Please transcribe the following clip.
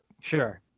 Sure